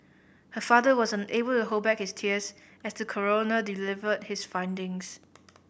her father was unable to hold back his tears as the coroner delivered his findings